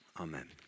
Amen